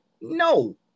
No